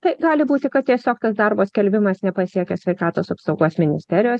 tai gali būti kad tiesiog tas darbo skelbimas nepasiekė sveikatos apsaugos ministerijos